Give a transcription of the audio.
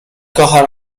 kocha